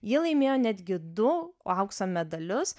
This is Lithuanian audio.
ji laimėjo netgi du aukso medalius